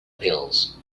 pills